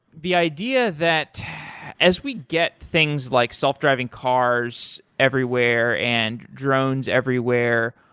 the idea that as we get things like self driving cars everywhere and drones everywhere,